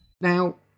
Now